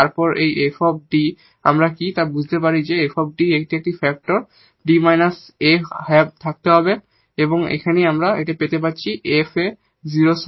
তারপর এই 𝑓 𝐷 আমরা কি বুঝতে পারি যে এই 𝑓 𝐷 এর একটি ফ্যাক্টর 𝐷 𝑎 থাকতে হবে কারণ এই কারণেই আমরা এখানে এটি পেতে যাচ্ছি fa 0 এর সমান